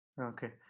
Okay